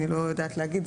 אני לא יודעת להגיד.